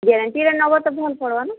ଗ୍ୟାରେଣ୍ଟିର ନବ ତ ଭଲ ପଡ଼ବା ନା